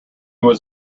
was